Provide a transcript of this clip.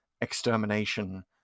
extermination